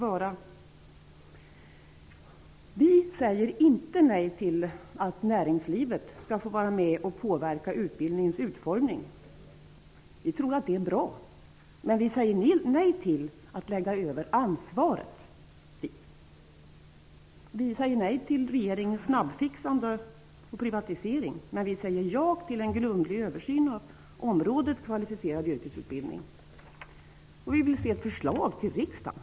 Vi säger inte nej till att näringslivet skall få vara med och påverka utbildningens utformning, men vi säger nej till att lägga över ansvaret på näringslivet. Vi säger nej till regeringens snabbfixande och privatisering. Vi säger ja till en grundlig översyn av området ''kvalificerad yrkesutbildning''. Och vi vill se ett förslg till riksdagen.